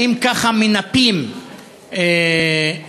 האם ככה מנפים סטודנטים,